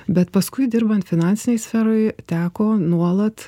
bet paskui dirbant finansinėj sferoj teko nuolat